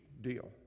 deal